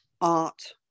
art